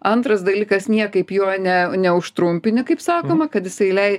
antras dalykas niekaip juo ne neužtrumpini kaip sakoma kad jisai lei